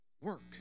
work